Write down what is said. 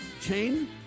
chain